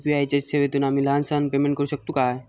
UPI च्या सेवेतून आम्ही लहान सहान पेमेंट करू शकतू काय?